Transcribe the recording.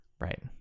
right